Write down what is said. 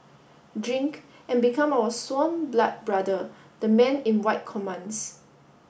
drink and become our sworn blood brother the man in white commands